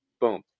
boom